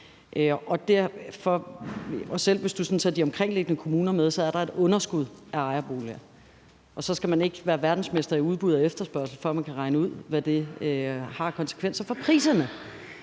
Selv hvis du tager de omkringliggende kommuner med, er der et underskud af ejerboliger, og så skal man ikke være verdensmester i udbud og efterspørgsel, for at man kan regne ud, hvad det har af konsekvenser for priserne.